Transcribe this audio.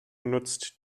nutzt